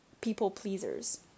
people-pleasers